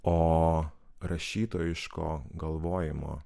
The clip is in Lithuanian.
o rašytojiško galvojimo